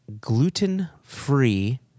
gluten-free